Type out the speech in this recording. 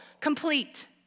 complete